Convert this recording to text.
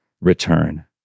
return